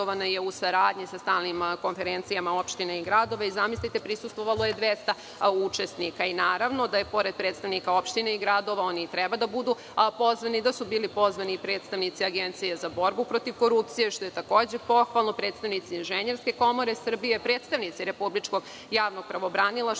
u saradnji sa stalnim konferencijama opština i gradova. Zamisliste, prisustvovalo je 200 učesnika. Naravno da su, pored predstavnika opština i gradova koji i treba da budu pozvani, bili pozvani predstavnici Agencije za borbu protiv korupcije, što je takođe pohvalno, predstavnici Inženjerske komore Srbije, predstavnici Republičkog javnog pravobranilaštva,